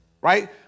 right